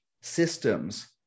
systems